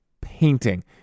painting